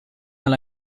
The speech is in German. mal